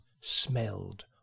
smelled